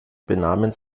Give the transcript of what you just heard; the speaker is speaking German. benahmen